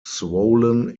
swollen